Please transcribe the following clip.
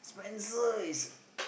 Spencer is